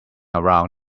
around